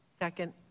Second